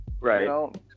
right